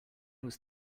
was